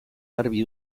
garbi